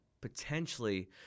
potentially